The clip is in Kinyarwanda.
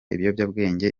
ibiyobyabwenge